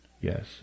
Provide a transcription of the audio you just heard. Yes